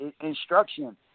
instruction